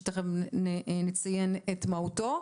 שתיכף נציין את מהותו.